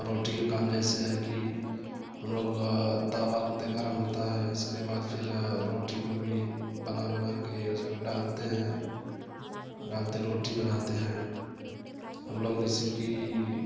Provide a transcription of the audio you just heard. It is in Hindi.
रोटी के काम जैसे है कि उन लोग तवा होता गर्म होता है इसके बाद फिर रोटी को भी बना बना कर उस पर डालते हैं डालते हैं रोटी बनाते हैं हम लोग जैसे कि